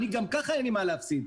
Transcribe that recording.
גם ככה אין לי מה להפסיד.